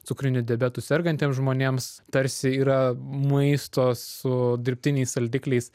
cukriniu diabetu sergantiems žmonėms tarsi yra maisto su dirbtiniais saldikliais